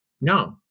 no